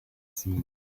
seen